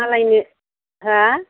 मालायनो हो